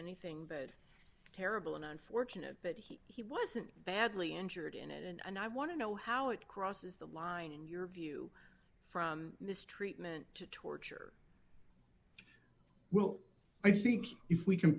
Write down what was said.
anything that terrible an unfortunate that he he wasn't badly injured in it and i want to know how it crosses the line in your view from mistreatment to torture well i think if we c